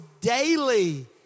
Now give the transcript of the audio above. daily